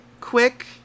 quick